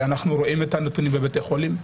אנחנו רואים את הנתונים בבתי חולים.